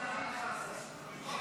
סעיף 1 כנוסח הוועדה.